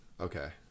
Okay